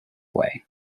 away